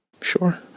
sure